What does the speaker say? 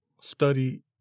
study